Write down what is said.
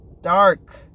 dark